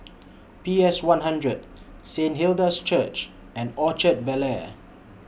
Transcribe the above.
P S one hundred Saint Hilda's Church and Orchard Bel Air